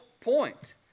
point